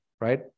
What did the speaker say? right